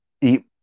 eat